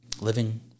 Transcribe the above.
Living